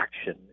action